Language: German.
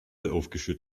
aufgeschüttet